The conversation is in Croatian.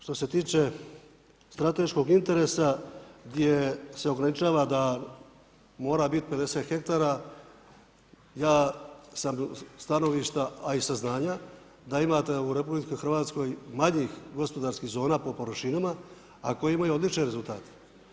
Što se tiče strateškog interesa gdje se ograničava da mora biti 50 hektara, ja sam stanovišta, a i saznanja da imate u RH manjih gospodarskih zona po površinama, a koje imaju odličan rezultate.